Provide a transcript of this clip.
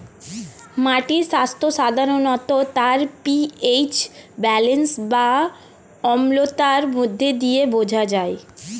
মাটির স্বাস্থ্য সাধারণত তার পি.এইচ ব্যালেন্স বা অম্লতার মধ্য দিয়ে বোঝা যায়